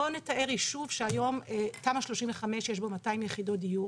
בוא נתאר יישוב שהיום תמ"א 35 יש בו 200 יחידות דיור.